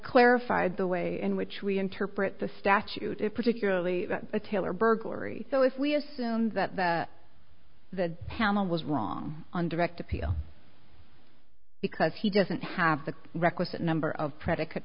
clarified the way in which we interpret the statute is particularly a tailor burglary so if we assume that the panel was wrong on direct appeal because he doesn't have the requisite number of predi